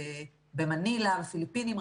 במנילה בפיליפינים,